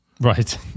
Right